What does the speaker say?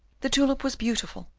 the tulip was beautiful,